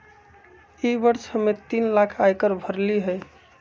ई वर्ष हम्मे तीन लाख आय कर भरली हई